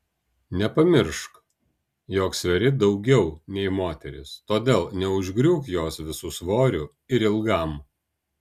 nepamiršk jog sveri daugiau nei moteris todėl neužgriūk jos visu svoriu ir ilgam